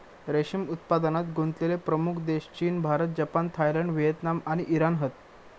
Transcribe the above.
रेशीम उत्पादनात गुंतलेले प्रमुख देश चीन, भारत, जपान, थायलंड, व्हिएतनाम आणि इराण हत